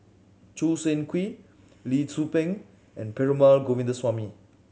Choo Seng Quee Lee Tzu Pheng and Perumal Govindaswamy